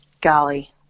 Golly